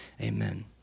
amen